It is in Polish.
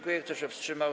Kto się wstrzymał?